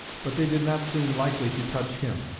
but they did not seem likely to touch him.